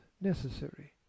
necessary